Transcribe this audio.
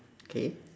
K